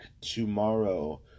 tomorrow